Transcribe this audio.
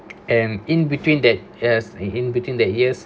and in between that years in between that years